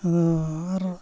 ᱟᱫᱚᱻ ᱟᱨ